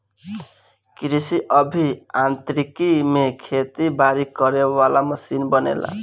कृषि अभि यांत्रिकी में खेती बारी करे वाला मशीन बनेला